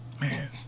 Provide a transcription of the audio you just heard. Man